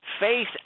faith